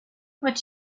what